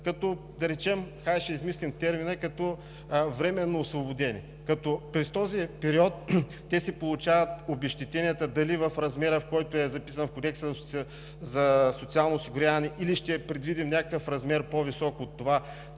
като „временно освободени“, като през този период те си получават обезщетенията – дали в размера, който е записан в Кодекса за социално осигуряване, или ще е предвиден някакъв размер по-висок от това